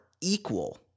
equal